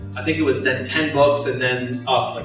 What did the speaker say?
i think it was then ten books, and then up, like